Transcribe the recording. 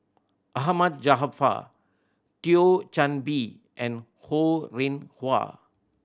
Ahmad Jaafar Thio Chan Bee and Ho Rih Hwa